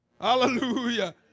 Hallelujah